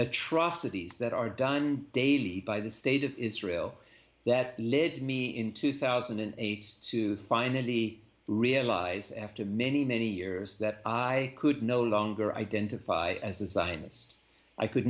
atrocities that are done daily by the state of israel that led me in two thousand and eight to finally realize after many many years that i could no longer identify as a zionists i could